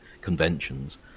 conventions